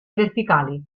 verticali